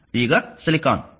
ಈಗ ಸಿಲಿಕಾನ್ 6